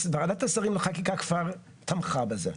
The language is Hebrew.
ועדת השרים לחקיקה כבר תמכה בזה,